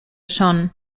schon